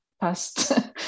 past